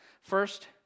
First